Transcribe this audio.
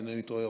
אם אינני טועה,